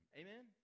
amen